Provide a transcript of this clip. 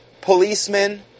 policemen